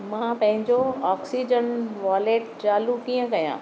मां पंहिंजो oxygen wallet चालू कीअं कयां